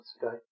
today